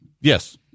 Yes